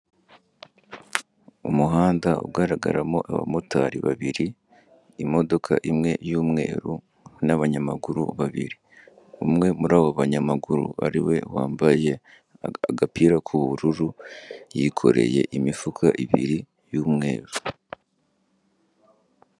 Umuhanda ugaragaramo abamotari babiri, imodoka imwe y'umweru, n'abanyamaguru babiri. Umwe muri abo banyamaguru, ari we wambaye agapira k'ubururu, yikoreye imifuka ibiri y'umweru.